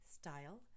style